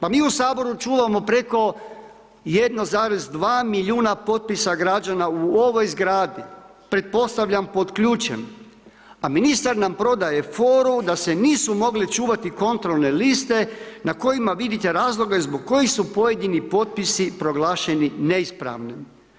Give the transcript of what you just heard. Pa mi u HS čuvamo preko 1,2 milijuna potpisa građana u ovoj zgradi, pretpostavljam pod ključem, a ministar nam prodaje foru da se nisu mogle čuvati kontrolne liste na kojima vidite razloge zbog kojih su pojedini potpisi proglašeni neispravnim.